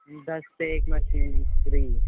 دس پہ ایک machine free